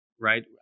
right